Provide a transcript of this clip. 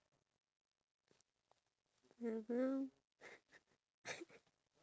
do you watch the compressing videos online